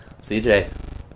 CJ